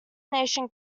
nation